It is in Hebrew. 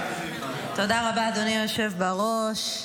תודה רבה אדוני היושב בראש,